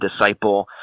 disciple